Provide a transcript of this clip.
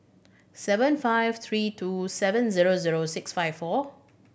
seven five three two seven zero zero six five four